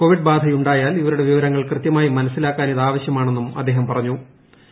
Covid ബാധയുണ്ടായാൽ ഇവരുടെ വിവരങ്ങൾ കൃത്യമായി മനസ്സിലാക്കാൻ ഇതാവശ്യമാണെന്നും അദ്ദേഹം ആകാശവാണിയോട് പറഞ്ഞു